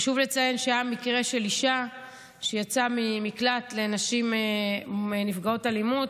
חשוב לציין שהיה מקרה של אישה שיצאה ממקלט לנשים נפגעות אלימות,